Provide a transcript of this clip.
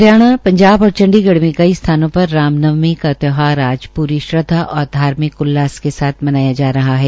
हरियाणा पंजाब और चंडीगढ़ में कई स्थानों पर रामनवमी का त्यौहार आज पूरी श्रदवा और धार्मिक उल्लास से मनाया जा रहा है